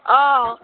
অঁ